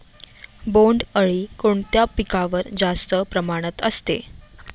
बोंडअळी कोणत्या पिकावर जास्त प्रमाणात असते?